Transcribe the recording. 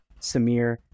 Samir